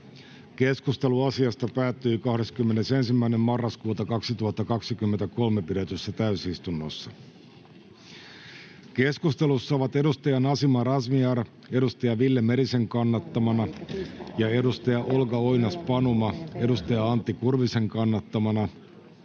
Keskustelu asiasta päättyi 21.11.2023 pidetyssä täysistunnossa. Keskustelussa ovat Nasima Razmyar Ville Merisen kannattamana ja Olga Oinas-Panuma Antti Kurvisen kannattamana